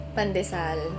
Pandesal